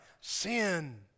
sin